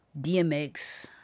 DMX